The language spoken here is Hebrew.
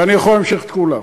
ואני יכול להמשיך את כולם.